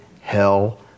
hell